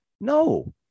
no